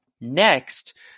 Next